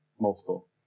multiple